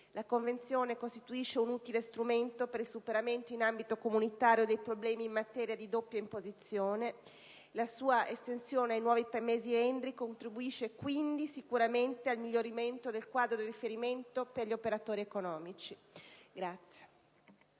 La Convenzione costituisce un utile strumento per il superamento, in ambito comunitario, dei problemi in materia di doppia imposizione. La sua estensione ai nuovi Paesi membri contribuisce sicuramente al miglioramento del quadro di riferimento per gli operatori economici.